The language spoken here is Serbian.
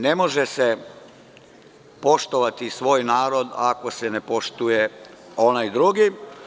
Ne može se poštovati svoj narod, ako se ne poštuje onaj drugi.